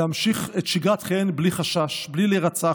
להמשיך את שגרת חייהן בלי חשש, בלי להירצח,